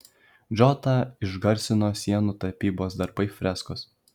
džotą išgarsino sienų tapybos darbai freskos